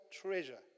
treasure